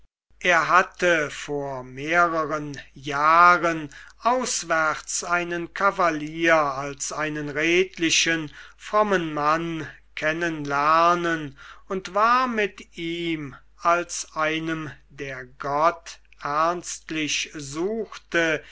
er hatte vor mehreren jahren auswärts einen kavalier als einen redlichen frommen mann kennen lernen und war mit ihm als einem der gott ernstlich suchte